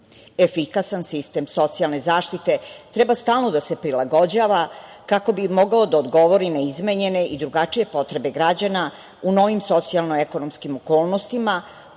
segmenta. Efikasan sistem socijalne zaštite treba stalno da se prilagođava kako bi mogao da odgovori na izmenjene i drugačije potrebe građana u novim socijalnoekonomskim okolnostima,